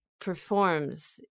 performs